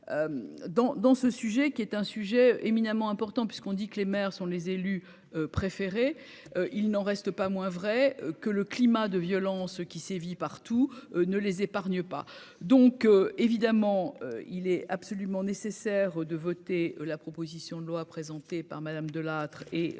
dans ce sujet qui est un sujet éminemment important puisqu'on dit que les maires sont les élus préférés, il n'en reste pas moins vrai que le climat de violence qui sévit partout ne les épargne pas donc évidemment il est absolument nécessaire de voter la proposition de loi présentée par Madame De Lattre et par